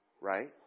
right